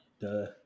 duh